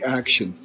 action